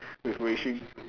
with Wei-Shin